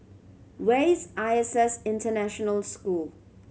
where is I S S International School